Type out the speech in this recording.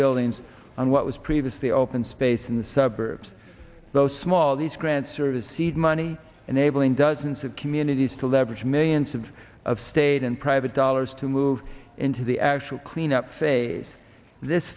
buildings on what was previously open space in the suburbs those small these grants are to seed money unable in dozens of communities to leverage millions of of state and private dollars to move into the actual cleanup phase this